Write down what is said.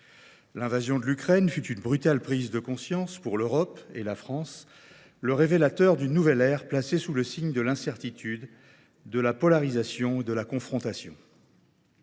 L’invasion de l’Ukraine fut une brutale prise de conscience pour l’Europe et la France, le révélateur d’une nouvelle ère placée sous le signe de l’incertitude, de la polarisation et de la confrontation.